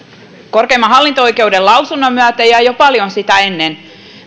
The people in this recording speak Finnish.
korkeimman hallinto oikeuden lausunnon myötä ja jo paljon sitä ennen